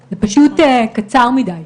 זה פשוט קצר מידי.